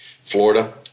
Florida